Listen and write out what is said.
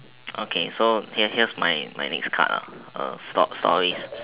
okay so here here's my next card ah stop stories